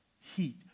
heat